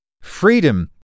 Freedom